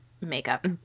makeup